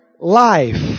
life